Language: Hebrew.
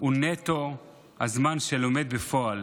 הוא נטו הזמן שהוא לומד בפועל